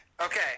Okay